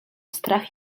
strach